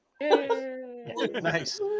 Nice